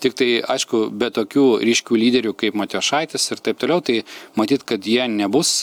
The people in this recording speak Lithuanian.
tiktai aišku be tokių ryškių lyderių kaip matijošaitis ir taip toliau tai matyt kad jie nebus